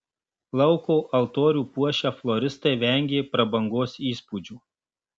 lauko altorių puošę floristai vengė prabangos įspūdžio